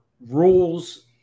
rules